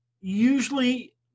usually